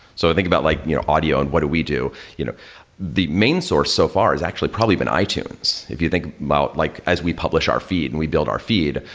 so think about like you know audio and what we do. you know the main source so far is actually probably been ah itunes. if you think about like as we publish our feed and we build our feed,